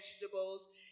vegetables